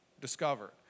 discovered